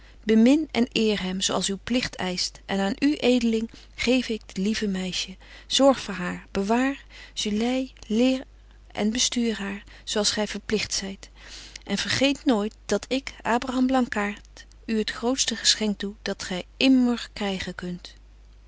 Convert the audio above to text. bemin en eer hem zo als uw pligt eischt en aan u edeling geef ik dit lieve meisje zorg voor haar bewaar gelei leer en bestuur haar zo als gy verpligt zyt en vergeet nooit dat ik abraham blankaart u het grootste geschenk doe dat gy immer krygen kunt